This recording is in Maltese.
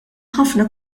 ħafna